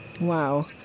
Wow